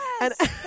Yes